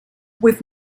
with